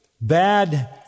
bad